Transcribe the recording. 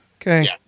okay